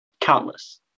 countless